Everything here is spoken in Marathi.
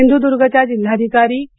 सिंधुदर्गच्या जिल्हाधिकारी के